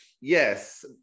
yes